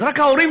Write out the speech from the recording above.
ואז רק ההורים,